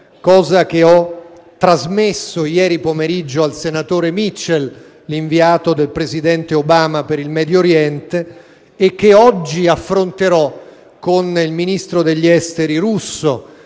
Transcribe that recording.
ho già informato ieri pomeriggio il senatore Mitchell (inviato del presidente Obama per il Medio Oriente) e che oggi affronterò con il Ministro degli esteri russo,